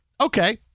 Okay